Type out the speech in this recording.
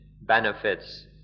benefits